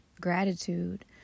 gratitude